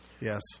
Yes